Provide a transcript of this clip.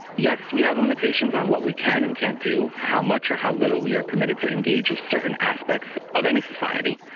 yes, we have limitations on what we can and can't do how much or how little we are permitted to engage with certain aspects of any society.